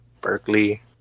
Berkeley